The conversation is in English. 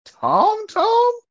Tom-Tom